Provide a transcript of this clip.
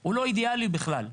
הוא לא אידיאלי בכלל.